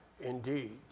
indeed